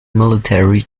military